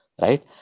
right